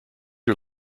are